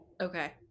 Okay